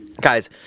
Guys